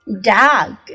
Dog